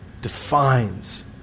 defines